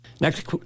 Next